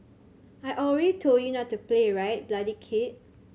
I already told you not to play right bloody kid